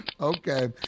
Okay